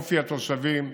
זה מראה על אופי התושבים,